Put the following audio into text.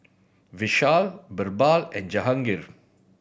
Vishal Birbal and Jahangir